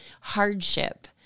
hardship